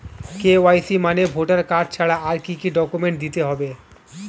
KYC মানে voter card ছাড়া আর কি কি ডকুমেন্ট দিতে হবে?